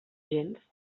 gens